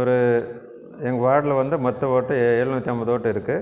ஒரு எங்கள் வார்டில் வந்து மொத்தம் ஓட்டு எழுநூற்றி ஐம்பது ஓட்டு இருக்கு